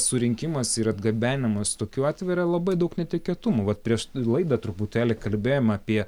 surinkimas ir atgabenimas tokių atveria labai daug netikėtumų vat prieš laidą truputėlį kalbėjom apie